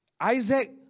Isaac